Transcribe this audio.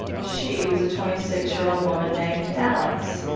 she was a twenty six year old woman named alex.